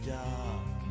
dark